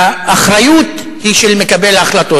האחריות היא של מקבל ההחלטות,